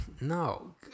no